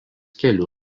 kelių